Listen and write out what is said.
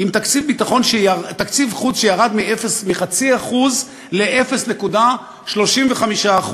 עם תקציב חוץ שירד מ-0.5% ל-0.35%.